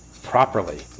properly